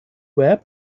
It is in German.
wide